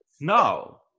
No